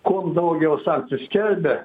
kuom daugiau sankcijų skelbia